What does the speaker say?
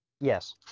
Yes